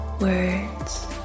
words